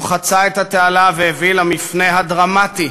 הוא חצה את התעלה והביא למפנה הדרמטי